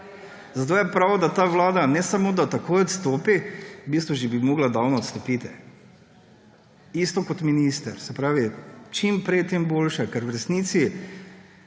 Zato je prav, da ta vlada, ne samo da takoj odstopi, v bistvu bi že morala davno odstopiti. Isto kot minister. Se pravi, čim prej, tem boljše, ker v resnici